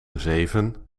zeven